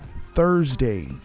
Thursday